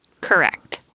Correct